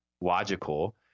logical